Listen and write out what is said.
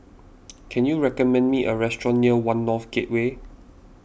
can you recommend me a restaurant near one North Gateway